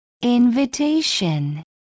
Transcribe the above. Invitation